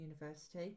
University